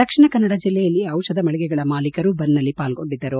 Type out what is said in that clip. ದಕ್ಷಿಣ ಕನ್ನಡ ಜಿಲ್ಲೆಯಲ್ಲಿ ಔಷಧ ಮಳಿಗೆಗಳ ಮಾಲೀಕರು ಬಂದ್ ನಲ್ಲಿ ಪಾಲ್ಗೊಂಡಿದ್ದರು